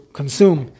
consume